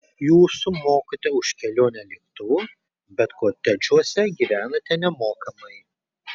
jūs susimokate už kelionę lėktuvu bet kotedžuose gyvenate nemokamai